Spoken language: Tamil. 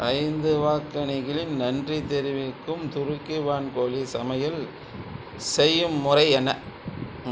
ஐந்து வாக்கிகனிகளின் நன்றி தெரிவிக்கும் துருக்கி வான்கோழி சமையல் செய்யும் முறை என்ன